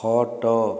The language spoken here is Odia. ଖଟ